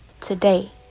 today